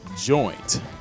joint